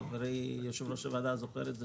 חברי יושב-ראש הוועדה זוכר את זה,